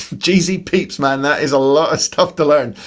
jeezy peeps man, that is a lot of stuff to learn.